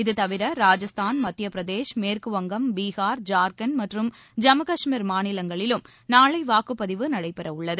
இதுதவிர ராஜஸ்தான் மத்தியப்பிரதேஷ் மேற்குவங்கம் பீஹார் ஜார்க்கண்ட் மற்றும் ஜம்மு கஷ்மீர் மாநிலங்களிலும் நாளை வாக்குப்பதிவு நடைபெற உள்ளது